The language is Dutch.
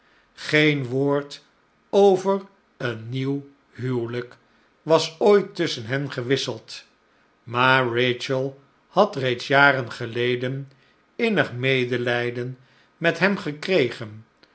geen woord over een nieuw huwelijk was ooit tusschen hen gewisseld maar rachel had reeds jaren geleden innig medelijden met hem gekregen